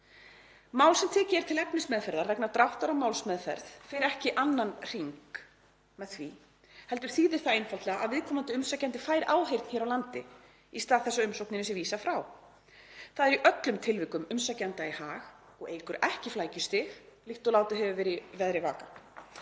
Mál sem tekið er til efnismeðferðar vegna dráttar á málsmeðferð fer ekki annan hring, heldur þýðir það einfaldlega að viðkomandi umsækjandi fær áheyrn hér á landi í stað þess að umsókninni sé vísað frá. Það er í öllum tilvikum umsækjanda í hag og eykur ekki flækjustig, líkt og látið hefur verið í veðri vaka.